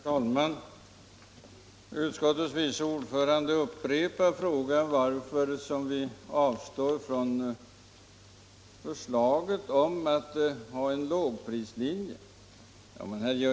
Herr talman! Utskottets vice ordförande upprepar frågan varför vi avstår från förslaget om en lågprislinje.